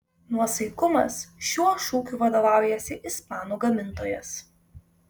nuosaikumas šiuo šūkiu vadovaujasi ispanų gamintojas